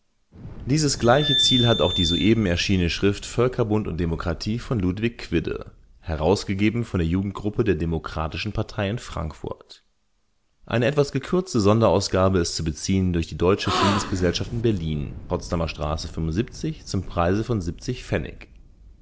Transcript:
dieses gleiche ziel hat auch die soeben erschienene schrift völkerbund und demokratie von ludwig quidde herausgegeben von der jugendgruppe der demokratischen partei in frankfurt eine etwas gekürzte sonderausgabe ist zu beziehen durch die deutsche friedensgesellschaft in berlin potsdamer straße zum preise von